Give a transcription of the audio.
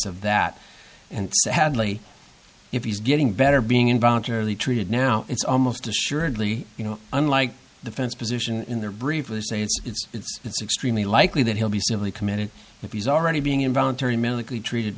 of that and sadly if he's getting better being involuntarily treated now it's almost assuredly you know unlike the fence position in their brief say it's extremely likely that he'll be civilly committed if he's already being involuntary medically treated